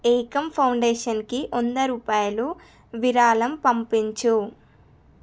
ఏకమ్ ఫౌండేషన్కి వంద రూపాయలు విరాళం పంపించు